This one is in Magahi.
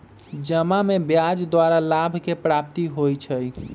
जमा में ब्याज द्वारा लाभ के प्राप्ति होइ छइ